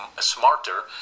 smarter